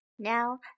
Now